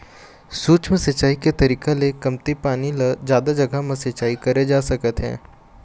सूक्ष्म सिंचई के तरीका ले कमती पानी ल जादा जघा म सिंचई करे जा सकत हे